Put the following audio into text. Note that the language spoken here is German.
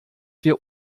wir